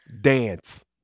dance